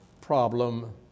problem